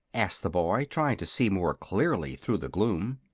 asked the boy, trying to see more clearly through the gloom.